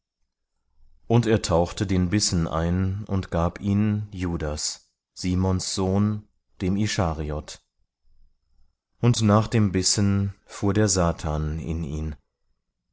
und er tauchte den bissen ein und gab ihn judas simons sohn dem ischariot und nach dem bissen fuhr der satan in ihn